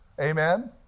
Amen